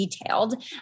detailed